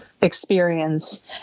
experience